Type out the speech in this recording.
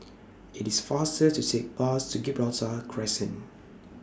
IT IS faster to Take Bus to Gibraltar Crescent